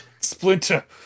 Splinter